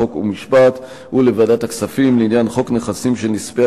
חוק ומשפט ולוועדת הכספים לעניין חוק נכסים של נספי